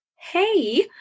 hey